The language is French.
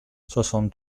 soixante